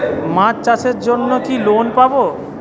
মাছ চাষের জন্য কি লোন পাব?